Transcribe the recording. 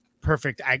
perfect